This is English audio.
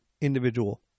individual